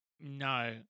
No